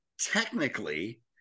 technically